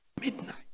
Midnight